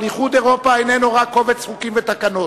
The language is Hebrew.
אבל איחוד אירופה איננו רק קובץ חוקים ותקנות.